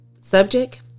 Subject